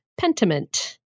Pentiment